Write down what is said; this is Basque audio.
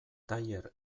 tailer